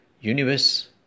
universe